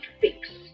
fix